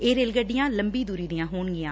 ਇਹ ਰੇਲ ਗੱਡੀਆਂ ਲੰਬੀ ਦੁਰੀ ਦੀਆਂ ਹੋਣਗੀਆਂ